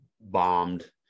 bombed